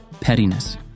pettiness